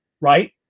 right